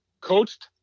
coached